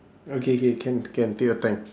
okay K can can take your time